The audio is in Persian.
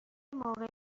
موقع